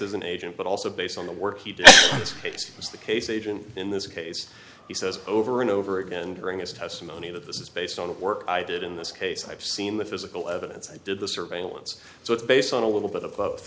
as an agent but also based on the work he did was the case agent in this case he says over and over again during his testimony that this is based on the work i did in this case i've seen the physical evidence i did the surveillance so it's based on a little bit